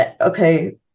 okay